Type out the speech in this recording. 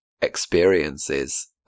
experiences